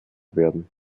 werden